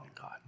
God